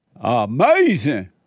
Amazing